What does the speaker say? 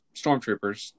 stormtroopers